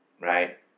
right